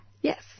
Yes